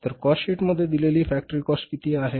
तर cost sheet मध्ये दीलेली फॅक्टरी कॉस्ट किती आहे